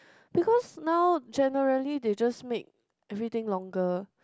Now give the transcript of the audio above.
because now generally they just make everything longer